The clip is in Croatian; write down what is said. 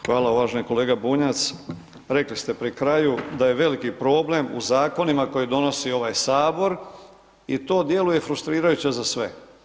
Hvala uvaženi kolega Bunjac, rekli ste pri kraju da je veliki problem u zakonima koje donosi ovaj HS i to djeluje frustrirajuće za sve.